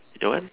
that one